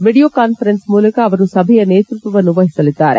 video conference ಮೂಲಕ ಅವರು ಸಭೆಯ ನೇತೃತ್ವವನ್ನು ವಹಿಸಲಿದ್ದಾರೆ